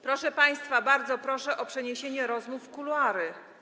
Proszę państwa, bardzo proszę o przeniesienie rozmów do kuluarów.